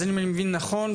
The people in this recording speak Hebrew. אם אני מבין נכון,